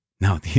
Now